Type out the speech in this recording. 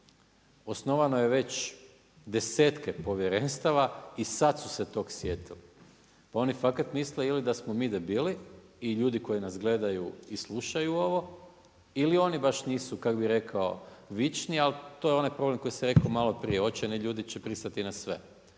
Osnovano je već desetke povjerenstava i sad su se tog sjetili. Oni fakat misle ili da smo mi debili i ljudi koji nas gledaju i slušaju ovo ili oni baš nisu, kako bi rekao vičnija, ali to je onaj problem koji sam rekao maloprije, očajni ljudi će pristati na sve,